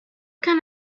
can